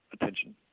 attention